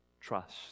trust